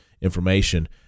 information